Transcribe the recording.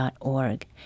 Org